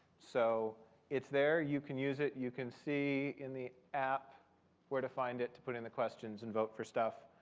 so it's there. you can use it. you can see in the app where to find it to put in the questions and vote for stuff.